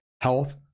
health